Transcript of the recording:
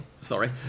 sorry